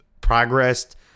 progressed